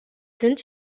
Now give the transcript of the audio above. sind